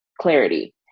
clarity